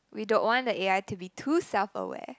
we don't want the a_i to be too self aware